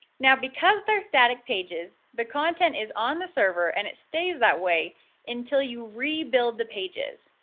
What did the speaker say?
now because their static pages the content is on the server and it stays that way until you rebuild the pages.